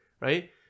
right